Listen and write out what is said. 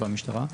במשטרה,